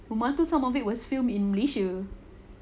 rumah tu some of it was filmed in malaysia